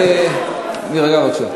להירגע בבקשה.